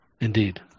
Indeed